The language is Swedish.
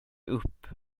upp